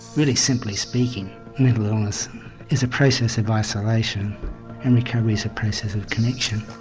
really simply speaking mental illness is a process of isolation and recovery is a process of connection.